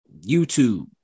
YouTube